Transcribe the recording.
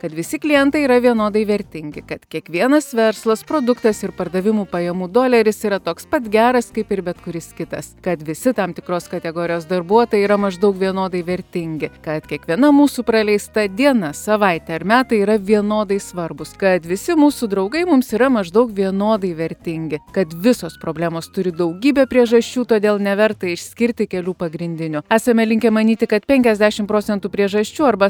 kad visi klientai yra vienodai vertingi kad kiekvienas verslas produktas ir pardavimų pajamų doleris yra toks pat geras kaip ir bet kuris kitas kad visi tam tikros kategorijos darbuotojai yra maždaug vienodai vertingi kad kiekviena mūsų praleista diena savaitė ar metai yra vienodai svarbūs kad visi mūsų draugai mums yra maždaug vienodai vertingi kad visos problemos turi daugybę priežasčių todėl neverta išskirti kelių pagrindinių esame linkę manyti kad penkiasdešimt procentų priežasčių arba